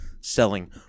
selling